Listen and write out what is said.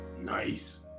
Nice